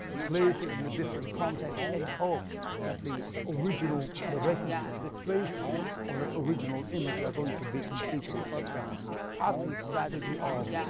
placing it in a different context, and hope that the original, the residues, the traces of that original image are going to be completely faced. it's part of the strategy of,